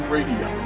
Radio